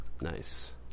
Nice